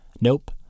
Nope